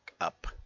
Up